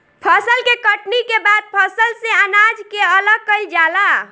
फसल के कटनी के बाद फसल से अनाज के अलग कईल जाला